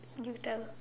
you tell